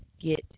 get